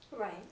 Right